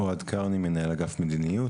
אוהד קרני מנהל אגף מדיניות,